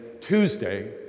Tuesday